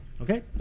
Okay